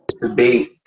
debate